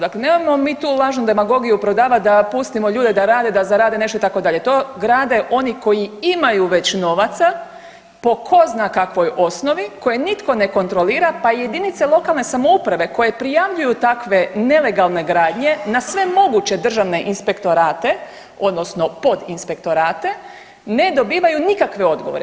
Dakle, nemojmo mi tu lažnu demagogiju prodavati da pustimo ljude da rade da zarade nešto itd., to grade oni koji imaju već novaca po ko zna kakvoj osnovi koje nitko ne kontrolira pa jedinice lokalne samouprave koje prijavljuju takve nelegalne gradnje na sve moguće državne inspektorate odnosno pod inspektorate ne dobivaju nikakve odgovore.